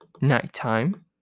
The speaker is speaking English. nighttime